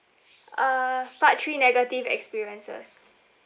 uh part three negative experiences